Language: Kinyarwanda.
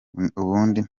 ubundi